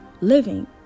Living